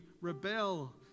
rebel